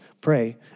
pray